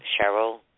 Cheryl